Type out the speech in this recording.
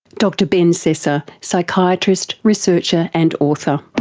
dr ben sessa, psychiatrist, researcher and author.